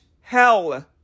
hell